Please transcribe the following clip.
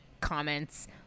comments